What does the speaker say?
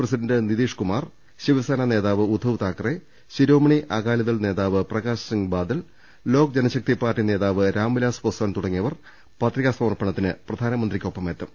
പ്രസി ഡന്റ് നിധീഷ് കുമാർ ശിവസേന നേതാവ് ഉദ്ധവ് താക്കറെ ശിരോമണി അകാലിദൾ നേതാവ് പ്രകാശ് സിങ് ബാദൽ ലോക് ജനശക്തി പാർട്ടി നേതാവ് രാം വിലാസ് പാസ്വാൻ തുടങ്ങിയവർ പത്രികാ സമർപ്പണത്തിന് പ്രധാനമന്ത്രിക്കൊപ്പമെത്തും